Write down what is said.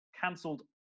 cancelled